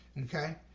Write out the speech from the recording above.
okay